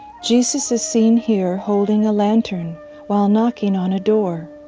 jesus is seen here holding a lantern while knocking on a door.